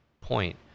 point